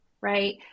Right